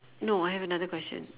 no I have another question